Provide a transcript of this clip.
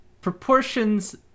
proportions